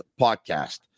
podcast